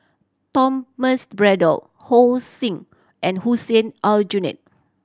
Thomas Braddell and Hussein Aljunied